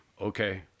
Okay